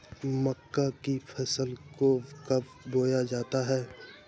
मक्का की फसल को कब बोया जाता है?